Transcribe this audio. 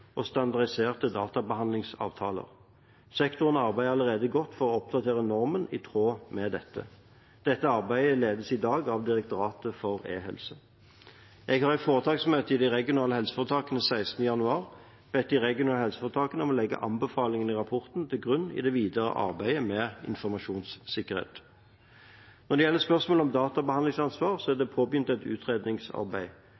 og standardiserte databehandlingsavtaler. Sektoren arbeider allerede godt for å oppdatere normen i tråd med dette. Dette arbeidet ledes i dag av Direktoratet for e-helse. Jeg har i foretaksmøte i de regionale helseforetakene 16. januar bedt de regionale helseforetakene om å legge anbefalingene i rapporten til grunn i det videre arbeidet med informasjonssikkerhet. Når det gjelder spørsmålet om databehandlingsansvar, er